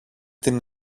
την